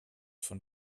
von